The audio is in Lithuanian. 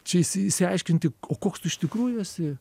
čia iš išsi išsiaiškinti o koks tu iš tikrųjų esi